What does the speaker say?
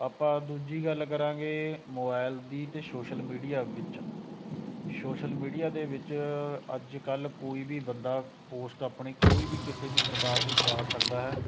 ਆਪਾਂ ਦੂਜੀ ਗੱਲ ਕਰਾਂਗੇ ਮੋਬਾਇਲ ਦੀ ਅਤੇ ਸੋਸ਼ਲ ਮੀਡੀਆ ਵਿੱਚ ਸੋਸ਼ਲ ਮੀਡੀਆ ਦੇ ਵਿੱਚ ਅੱਜ ਕੱਲ ਕੋਈ ਵੀ ਬੰਦਾ ਪੋਸਟ ਆਪਣੀ ਕੋਈ ਵੀ ਕਿਸੇ ਵੀ ਪ੍ਰਕਾਰ ਦੀ ਪਾ ਸਕਦਾ ਹੈ